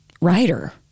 writer